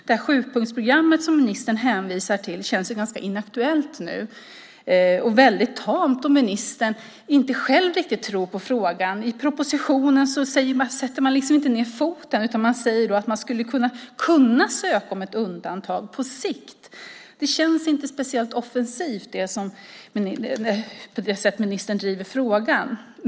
Det sjupunktsprogram som ministern hänvisar till känns ganska inaktuellt nu, och väldigt tamt, som om ministern inte själv riktigt tror på frågan. I propositionen sätter man inte ned foten, utan man säger att man skulle kunna ansöka om ett undantag på sikt. Det känns inte speciellt offensivt, det sätt på vilket ministern driver frågan.